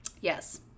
Yes